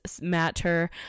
matter